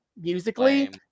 musically